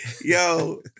Yo